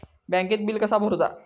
बँकेत बिल कसा भरुचा?